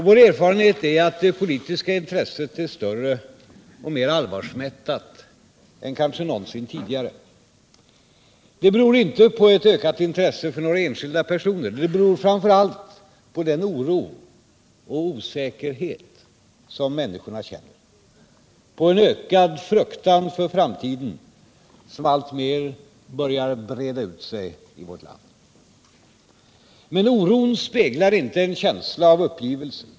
Vår erfarenhet är att det politiska intresset är större och mer allvarsmättat än kanske någonsin tidigare. Det beror inte på ett ökat intresse för några enskilda personer. Det beror framför allt på den oro och osäkerhet som människorna känner, på en ökad fruktan för framtiden som alltmer börjar breda ut sig i vårt land. Men oron speglar inte en känsla av uppgivelse.